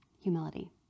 humility